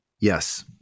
Yes